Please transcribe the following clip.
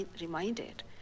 reminded